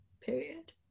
period